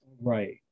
Right